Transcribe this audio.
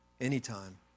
anytime